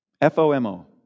F-O-M-O